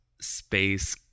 space